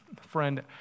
Friend